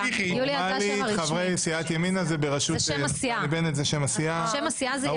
שם הסיעה.